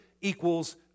equals